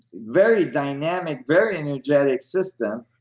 very dynamic, very energetic system.